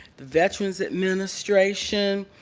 veterans administration,